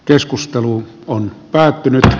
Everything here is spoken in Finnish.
keskustelu on päättynyt